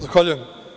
Zahvaljujem.